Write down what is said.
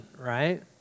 Right